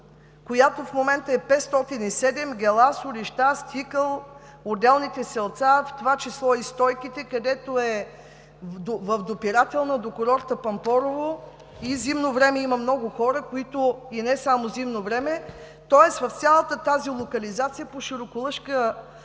която в момента е 507, Гела, Солища, Стикъл, отделните селца, в това число и Стойките, където е в допирателна до курорта „Пампорово“ и зимно време има много хора, и не само зимно време. Тоест в цялата тази локализация по Широколъшка